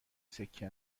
سکه